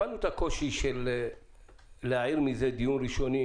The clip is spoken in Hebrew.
הבנו את הקושי של להעיר מזה דיון ראשוני,